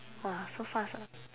!wah! so fast ah